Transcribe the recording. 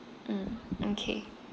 mm okay